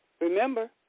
Remember